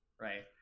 right